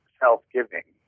self-giving